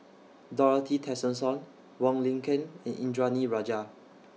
Dorothy Tessensohn Wong Lin Ken and Indranee Rajah